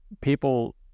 people